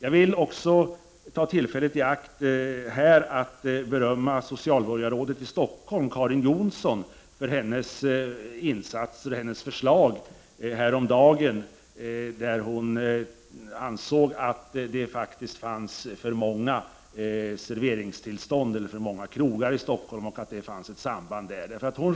Jag vill också ta tillfället i akt att berömma socialborgarrådet i Stockholm, Karin Jonsson, för hennes förslag häromdagen. Hon ansåg att det faktiskt fanns för många serveringstillstånd, för många krogar, i Stockholm och att detta hade ett samband med alkoholproblemen och våldet.